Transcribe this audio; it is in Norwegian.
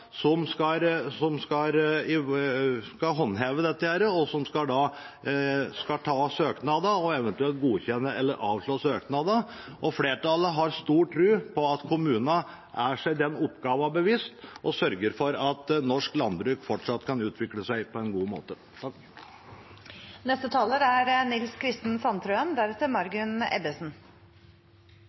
som skal håndheve dette, og som skal behandle søknadene og eventuelt godkjenne eller avslå søknadene, og flertallet har stor tro på at kommunene er seg den oppgaven bevisst og sørger for at norsk landbruk fortsatt kan utvikle seg på en god måte. For Arbeiderpartiet er